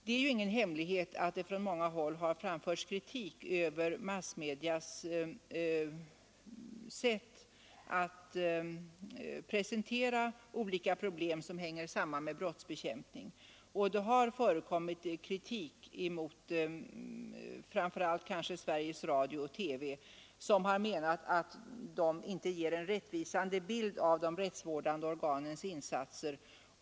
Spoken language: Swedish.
Det är ju ingen hemlighet att det från många håll har framförts kritik över massmedias sätt att presentera olika problem som hänger samman med brottsbekämpning. Det har förekommit kritik mot framför allt radio och TV som man menat inte ger en rättvisande bild av de rättsvårdande organens insatser.